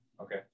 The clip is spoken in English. Okay